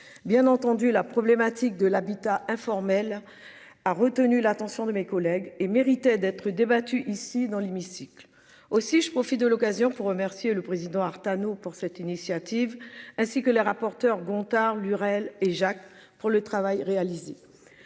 bien entendu la problématique de l'habitat informel a retenu l'attention de mes collègues et méritait d'être débattue ici dans l'hémicycle aussi je profite de l'occasion pour remercier le président Artano pour cette initiative ainsi que les rapporteurs Gontard Lurel et Jacques pour le travail réalisé.